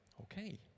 Okay